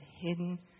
hidden